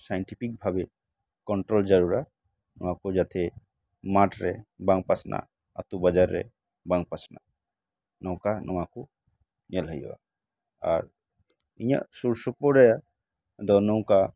scientific ᱵᱷᱟᱵᱮ control ᱡᱟᱣᱨᱟ ᱱᱚᱣᱟ ᱠᱚ ᱡᱟᱛᱮ ᱢᱟᱴᱷ ᱨᱮ ᱵᱟᱝ ᱯᱟᱥᱱᱟᱜ ᱟ ᱛᱩ ᱵᱟᱡᱟᱨ ᱨᱮ ᱵᱟᱝ ᱯᱟᱥᱱᱟᱜ ᱱᱚᱝᱠᱟ ᱱᱚᱣᱟ ᱠᱚ ᱧᱮᱞ ᱦᱩᱭᱩᱜᱼᱟ ᱟᱨ ᱤᱧᱟᱹᱜ ᱥᱩᱨ ᱥᱩᱯᱩᱨ ᱨᱮ ᱫᱚ ᱱᱚᱝᱠᱟ